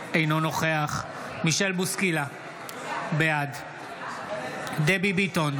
אינו נוכח מישל בוסקילה, בעד דבי ביטון,